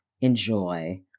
enjoy